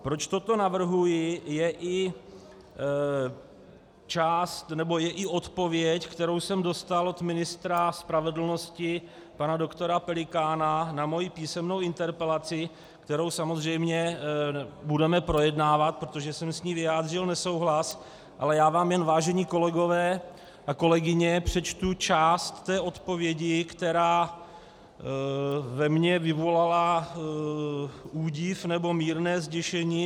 Proč toto navrhuji, je i odpověď, kterou jsem dostal od ministra spravedlnosti pana doktora Pelikána na svoji písemnou interpelaci, kterou samozřejmě budeme projednávat, protože jsem s ní vyjádřil nesouhlas, ale já vám jen, vážení kolegové a kolegyně, přečtu část té odpovědi, která ve mně vyvolala údiv, nebo mírné zděšení.